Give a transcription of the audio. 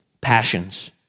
passions